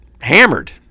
hammered